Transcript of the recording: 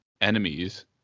enemies